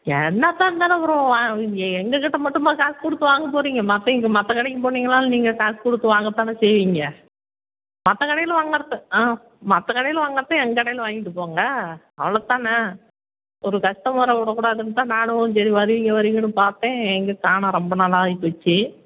என்ன தான் இருந்தாலும் அப்புறம் எங்கள் கிட்டே மட்டுமா காசு கொடுத்து வாங்க போகிறிங்க மற்றவிங்க மற்ற கடைக்கு போனிங்கனாலும் நீங்கள் காசு கொடுத்து வாங்க தானே செய்வீங்க மற்ற கடையில் வாங்கிறது ஆ மற்ற கடையில் வாங்கிறத என் கடையில் வாங்கிட்டு போங்க அவ்வளோ தானே ஒரு கஸ்டமரை விடக்கூடாதுன்னு தான் நானும் சரி வருவீங்க வருவீங்கன்னு பார்த்தேன் எங்கே காணும் ரொம்ப நாள் ஆகிப்போச்சு